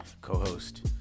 co-host